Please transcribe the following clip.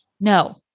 No